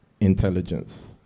intelligence